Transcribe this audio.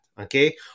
Okay